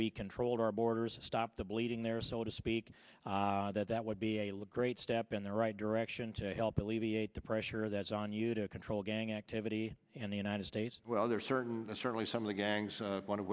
we control our borders and stop the bleeding there are so to speak that that would be a look great step in the right direction to help alleviate the pressure that's on you to control gang activity in the united states well there are certain certainly some of the gangs one of